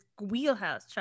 wheelhouse